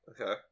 Okay